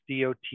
DOT